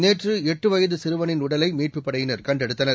நேற்று எட்டு வயது சிறுவனின் உடலை மீட்புப் படையினர் கண்டெடுத்தனர்